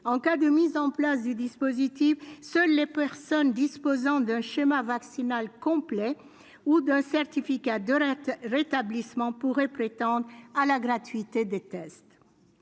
En cas de mise en place du dispositif, seules les personnes disposant d'un schéma vaccinal complet ou d'un certificat de rétablissement pourraient prétendre à la gratuité des tests.